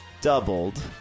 doubled